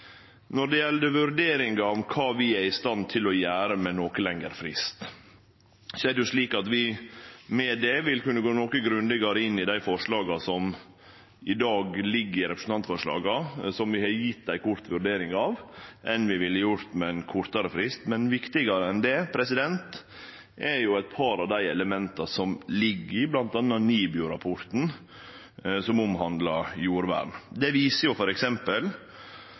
Når det gjeld vurderinga av kva vi er i stand til å gjere med noko lengre frist, er det jo slik at vi med det vil kunne gå noko grundigare inn i dei forslaga som i dag ligg i representantforslaga, som vi har gjeve ei kort vurdering av, enn vi ville gjort med ein kortare frist. Men viktigare enn det er eit par av dei elementa som ligg i bl.a. NIBIO-rapporten som omhandlar jordvern. Dei viser